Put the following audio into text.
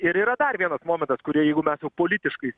ir yra dar vienas momentas kurie jeigu mes jau politiškai